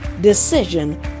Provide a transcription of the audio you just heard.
decision